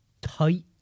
tight